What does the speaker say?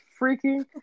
freaking